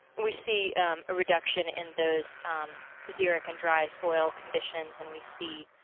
we see a reduction in those xeric and dry soil conditions, and we see